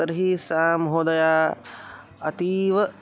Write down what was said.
तर्हि सा महोदया अतीव